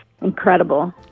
incredible